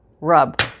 rub